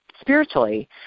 spiritually